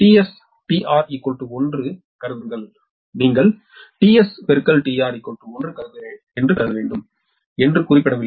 S tS tR 1 என்று கருதுங்கள் கூட நீங்கள் tS tR 1 என்று கருத வேண்டும் என்று குறிப்பிடப்படவில்லை